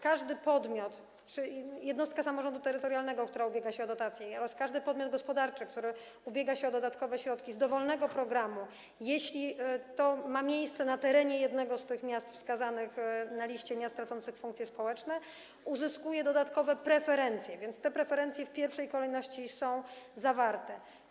Każdy podmiot, jednostka samorządu terytorialnego, która ubiega się o dotację, oraz każdy podmiot gospodarczy, który ubiega się o dodatkowe środki z dowolnego programu, jeśli ma to miejsce na terenie jednego z miast wskazanych na liście miast tracących funkcje społeczne, uzyskuje dodatkowe preferencje, więc te preferencje w pierwszej kolejności są zawarte.